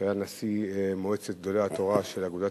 שהיה נשיא מועצת גדולי התורה של אגודת